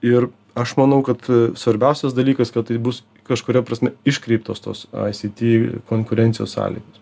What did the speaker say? ir aš manau kad svarbiausias dalykas kad tai bus kažkuria prasme iškreiptos tos aisyty konkurencijos sąlygos